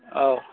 औ